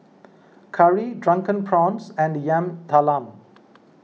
Curry Drunken Prawns and Yam Talam